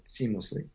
seamlessly